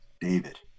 David